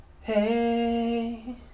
Hey